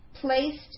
placed